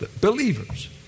Believers